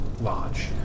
large